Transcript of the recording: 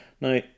now